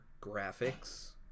graphics